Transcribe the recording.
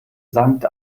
sankt